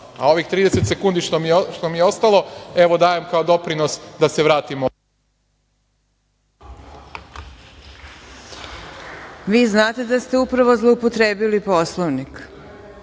vam. Ovih 30 sekundi što mi je ostalo evo dajem kao doprinos da se … **Marina Raguš** Vi znate da ste upravo zloupotrebili Poslovnik.